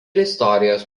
istorijos